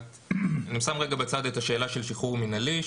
אני שם רגע בצד את השאלה של שחרור מנהלי,